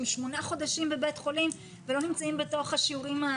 ושמונה חודשים בבית חולים ולא נמצאים בתוך השיעורים.